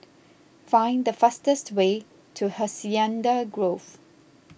find the fastest way to Hacienda Grove